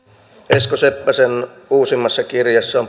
esko seppäsen uusimmassa kirjassa